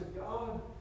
God